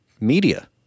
media